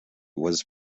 was